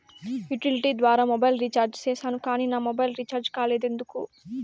Utility ద్వారా mobile recharge సేసాను కానీ నా మొబైల్ రీచార్జి కాలేదు ఎందుకు?